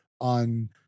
on